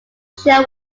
show